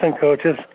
coaches